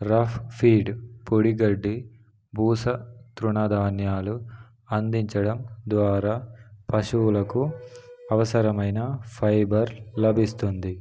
rough feed పొడిగడ్డి భూస తృణధాన్యాలు అందించడం ద్వారా పశువులకు అవసరమైన ఫైబర్ లభిస్తుంది